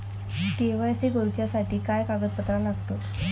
KYC करूच्यासाठी काय कागदपत्रा लागतत?